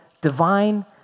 divine